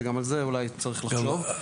שגם על זה אולי צריך לחשוב,